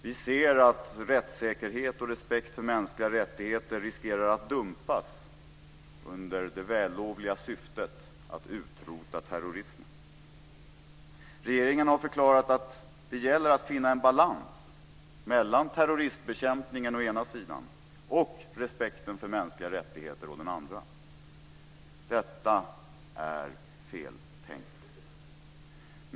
Vi ser att rättssäkerhet och respekt för mänskliga rättigheter riskerar att dumpas under det vällovliga syftet att utrota terrorismen. Regeringen har förklarat att det gäller att finna en balans mellan terroristbekämpningen å ena sidan och respekten för mänskliga rättigheter å andra sidan. Detta är feltänkt.